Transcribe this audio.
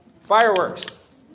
Fireworks